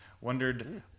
Wondered